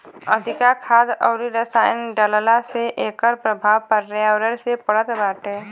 अधिका खाद अउरी रसायन डालला से एकर प्रभाव पर्यावरण पे पड़त बाटे